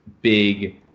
big